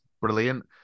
brilliant